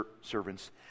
servants